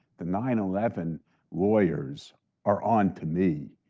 the nine eleven lawyers are onto me.